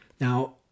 now